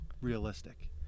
realistic